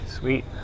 Sweet